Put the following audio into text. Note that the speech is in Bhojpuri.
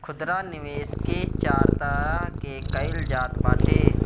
खुदरा निवेश के चार तरह से कईल जात बाटे